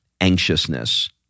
anxiousness